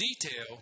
detail